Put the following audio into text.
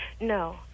No